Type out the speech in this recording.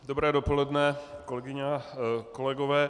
Dobré dopoledne, kolegyně a kolegové.